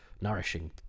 nourishing